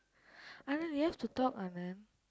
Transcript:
Anand really have to talk Anand